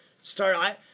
start –